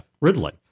Ridley